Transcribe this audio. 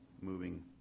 moving